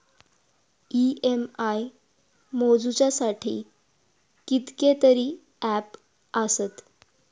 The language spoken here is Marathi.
इ.एम.आय मोजुच्यासाठी कितकेतरी ऍप आसत